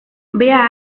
bea